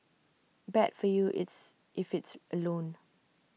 bad for you it's if it's A loan